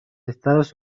estados